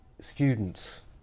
Students